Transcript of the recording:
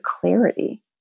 clarity